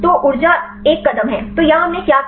तो ऊर्जा एक कदम है तो यहाँ हमने क्या किया